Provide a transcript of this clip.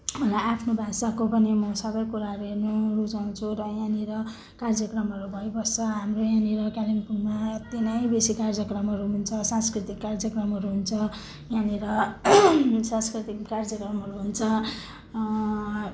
मलाई आफ्नो भाषाको पनि म सबै कुराहरू हेर्न रुचाउँछु र यहाँनेर कार्यक्रमहरू भइबस्छ हाम्रो यहाँनेर कालिम्पोङमा अति नै बेसी कार्यक्रमहरू हुन्छ सांस्कृतिक कार्यक्रमहरू हुन्छ यहाँनेर सांस्कृतिक कार्यक्रमहरू हुन्छ